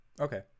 okay